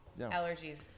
allergies